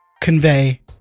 convey